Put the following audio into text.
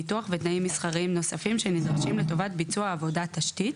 ביטוח ותנאים מסחריים נוספים שנדרשים לטובת ביצוע עבודת תשתית,